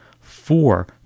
four